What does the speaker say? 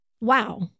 Wow